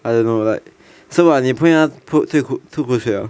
I don't know like so what 你朋友被吐吐吐口水 oh